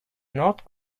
not